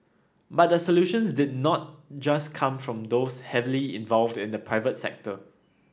but the solutions did not just come from those heavily involved in the private sector